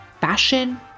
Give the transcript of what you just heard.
fashion